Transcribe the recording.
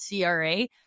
CRA